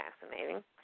fascinating